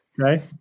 Okay